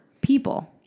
people